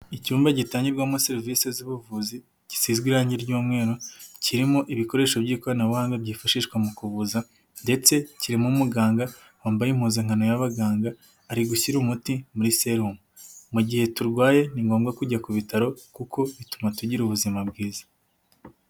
Icyumba gitangirwamo serivisi z'ubuvuzi, gisizwe irangi ry'umweru, kirimo ibikoresho by'ikoranabuhanga byifashishwa mu kuvuza ndetse kirimo umuganga wambaye impuzankano y'ababaganga, ari gushyira umuti muri serumu. Mu gihe turwaye ni ngombwa kujya ku bitaro kuko bituma tugira ubuzima bwiza.